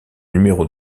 numéro